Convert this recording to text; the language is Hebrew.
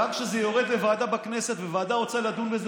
כשזה יורד לוועדה בכנסת וועדה רוצה לדון בזה,